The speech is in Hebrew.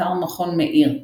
אתר מכון מאיר.